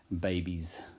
Babies